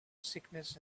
sickness